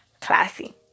classy